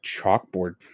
chalkboard